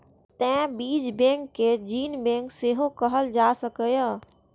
तें बीज बैंक कें जीन बैंक सेहो कहल जा सकैए